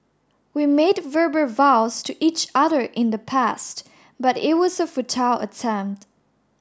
we made verbal vows to each other in the past but it was a futile attempt